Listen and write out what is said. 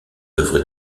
œuvres